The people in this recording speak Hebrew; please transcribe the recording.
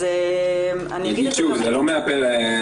אז אני אגיד --- אני אגיד שוב, זה לא מהפה לחוץ.